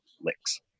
licks